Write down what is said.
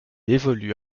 évolue